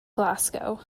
glasgow